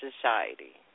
society